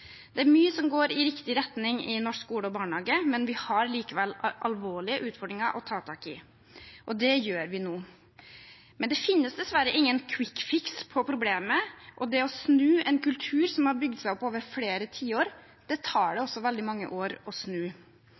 Det er mye som går i riktig retning i norsk skole og barnehage, men vi har likevel alvorlige utfordringer å ta tak i, og det gjør vi nå. Men det finnes dessverre ingen kvikkfiks på problemet, og en kultur som har bygd seg opp over flere tiår, tar det også veldig mange år å snu.